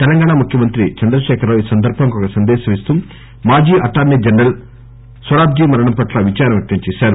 తెలంగాణ ముఖ్యమంత్రి చంద్రశేఖరరావు ఈ సందర్బంగా ఒక సందేశం ఇస్తూ మాజీ అటార్నీ జనరల్ నొలీ నొరాబ్లీ మరణంపట్ల విచారం వ్యక్తంచేశారు